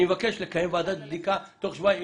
אני מבקש להקים ועדת בדיקה תוך שבועיים.